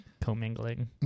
commingling